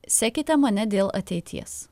sekite mane dėl ateities